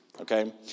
Okay